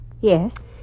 Yes